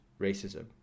racism